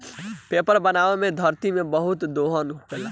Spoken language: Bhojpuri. पेपर बनावे मे धरती के बहुत दोहन होखेला